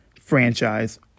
franchise